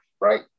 right